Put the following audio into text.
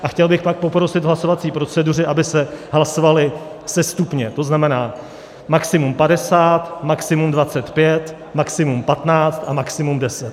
A chtěl bych pak poprosit v hlasovací proceduře, aby se hlasovaly sestupně, tzn. maximum 50, maximum 25, maximum 15 a maximum 10.